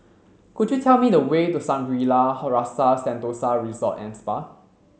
could you tell me the way to Shangri La Rasa Sentosa Resort and Spa